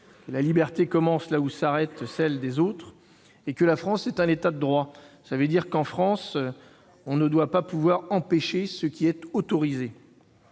la liberté commence là où s'arrête celle des autres et que la France est un État de droit. Cela signifie que, dans notre pays, on ne doit pas pouvoir empêcher ce qui est autorisé.